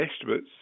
estimates